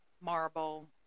marble